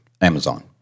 Amazon